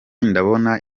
ndabona